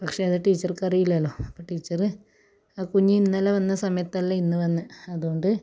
പക്ഷേ അത് ടീച്ചർക്ക് അറിയില്ലല്ലോ ടീച്ചറ് ആ കുഞ്ഞ് ഇന്നലെ വന്ന സമയത്തല്ല ഇന്ന് വന്നെ അതുകൊണ്ട്